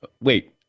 wait